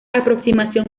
aproximación